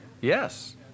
Yes